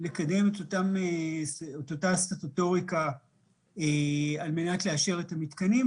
לקדם את אותה סטטוטוריקה על מנת לאשר את המתקנים,